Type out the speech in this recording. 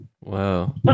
Wow